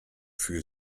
für